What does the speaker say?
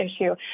issue